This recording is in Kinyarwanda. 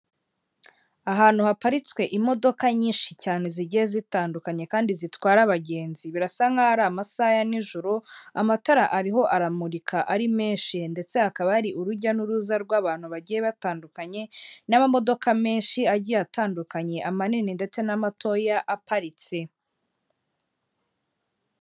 Ahantu haparitswe imodoka nyinshi cyane zigiye zitandukanye kandi zitwara abagenzi birasa nk'aho ari amasaha ya nijoro amatara ariho aramurika ari menshi ndetse hakaba hari urujya n'uruza rw'abantu bagiye batandukanye, n'amamodoka menshi agiye atandukanye amanini ndetse n'amatoya aparitse.